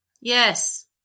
Yes